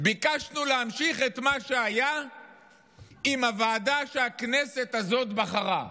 ביקשנו להמשיך את מה שהיה עם הוועדה שהכנסת הזאת בחרה.